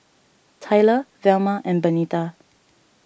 Tyler Velma and Benita